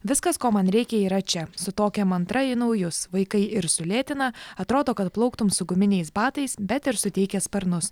viskas ko man reikia yra čia su tokia mantra į naujus vaikai ir sulėtina atrodo kad plauktum su guminiais batais bet ir suteikia sparnus